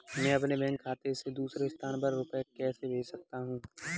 मैं अपने बैंक खाते से दूसरे स्थान पर रुपए कैसे भेज सकता हूँ?